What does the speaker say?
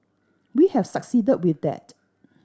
we have succeeded with that